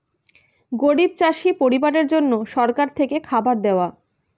গরিব চাষি পরিবারের জন্য সরকার থেকে খাবার দেওয়া